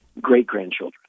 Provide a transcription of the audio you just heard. great-grandchildren